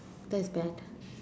that is bad